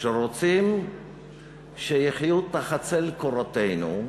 שרוצים שיחיו תחת צל קורתנו,